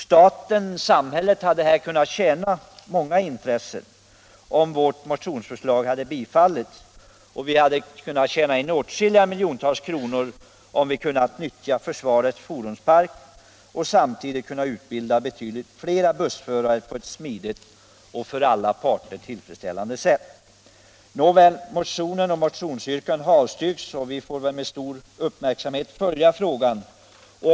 Många intressen skulle kunna tillgodoses om vårt motionsförslag bifölls. Samhället hade tjänat in åtskilliga miljontals kronor på att nyttja försvarets fordonspark och samtidigt utbilda flera bussförare på ett smidigt och för alla parter tillfredsställande sätt. Nåväl, motionen har avstyrkts, och vi får med stor uppmärksamhet följa frågan.